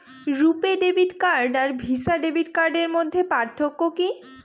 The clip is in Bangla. রূপে ডেবিট কার্ড আর ভিসা ডেবিট কার্ডের মধ্যে পার্থক্য কি?